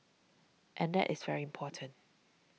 and that is very important